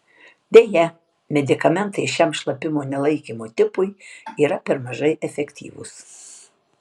deja medikamentai šiam šlapimo nelaikymo tipui yra per mažai efektyvūs